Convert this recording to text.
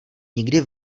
nikdy